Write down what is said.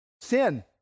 sin